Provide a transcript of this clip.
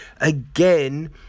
again